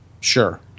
sure